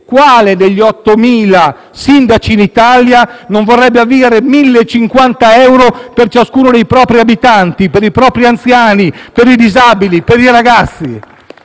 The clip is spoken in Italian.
quale degli 8.000 sindaci in Italia non vorrebbe avere 1.050 euro per ciascuno dei propri abitanti, per i propri anziani, per i disabili, per i ragazzi?